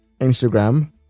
Instagram